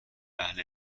اهل